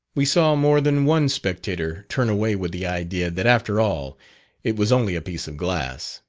we saw more than one spectator turn away with the idea that after all it was only a piece of glass.